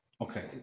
Okay